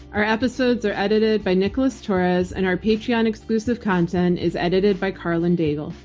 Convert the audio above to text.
our episodes are edited by nicholas torres and our patreon exclusive content is edited by karlyn daigle.